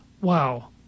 Wow